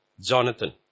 Jonathan